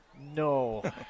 No